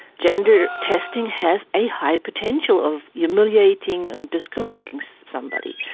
gender testing has a high potential of humiliating and discriminating somebody.